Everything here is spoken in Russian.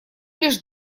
лишь